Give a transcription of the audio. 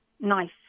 nice